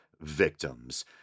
victims